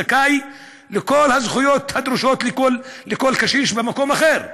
זכאי לכל הזכויות הדרושות לכל קשיש במקום אחר.